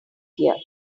here